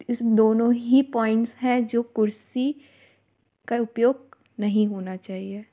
इस दोनों ही पॉइंट्स हैं जो कुर्सी का उपयोग नहीं होना चाहिए